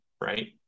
right